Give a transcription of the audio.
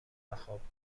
وخوابگاه